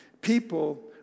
people